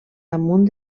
damunt